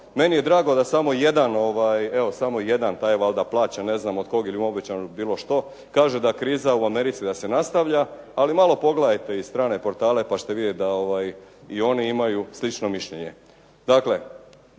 Meni je drago da samo jedan, evo samo jedan taj je valjda plaćen ne znam od kog ili mu je obećano bilo što kaže da je kriza u Americi, da se nastavlja. Ali malo pogledajte i strane portale, pa ćete vidjeti da i oni imaju slično mišljenje.